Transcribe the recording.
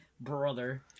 Brother